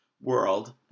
world